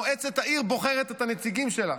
מועצת העיר בוחרת את הנציגים שלה.